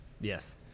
yes